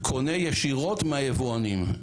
קונה ישירות מהיבואנים.